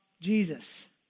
Jesus